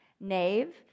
Nave